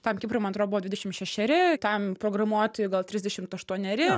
tam kiprui man atrodo buvo dvidešimt šešeri tam programuotojui gal trisdešimt aštuoneri